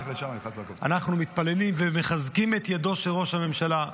אנחנו מתפללים ומחזקים את ידו של ראש הממשלה,